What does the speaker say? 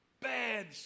bad